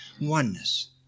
oneness